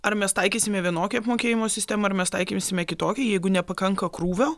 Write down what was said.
ar mes taikysime vienokią apmokėjimo sistemą ar mes taikysime kitokią jeigu nepakanka krūvio